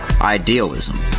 Idealism